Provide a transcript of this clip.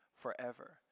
forever